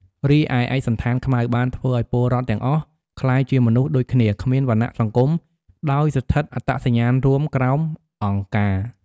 រីឯ ឯកសណ្ឋានខ្មៅបានធ្វើឱ្យពលរដ្ឋទាំងអស់ក្លាយជាមនុស្សដូចគ្នា គ្មានវណ្ណៈសង្គម ដោយស្ថិតអត្តសញ្ញាណរួមក្រោម "អង្គការ"។